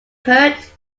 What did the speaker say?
hurt